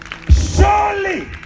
Surely